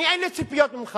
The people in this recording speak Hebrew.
אני, אין לי ציפיות ממך,